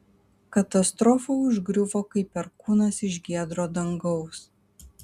katastrofa užgriuvo kaip perkūnas iš giedro dangaus